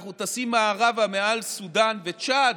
אנחנו טסים מערבה מעל סודאן וצ'אד.